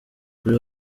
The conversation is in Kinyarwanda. kuri